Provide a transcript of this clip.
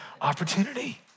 opportunity